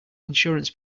insurance